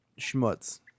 schmutz